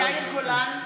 (קוראת בשמות חברי הכנסת) יאיר גולן,